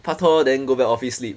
paktor then go back office sleep